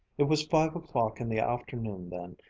it was five o'clock in the afternoon then,